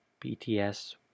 BTS